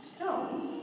stones